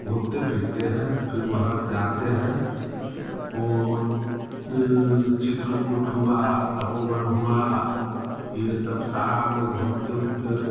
घूमते फिरते हैं फिर वहाँ से आते हैं और चित्रकूट हुआ तपोवन हुआ ये सब सारा में घूमते ऊमते